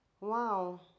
wow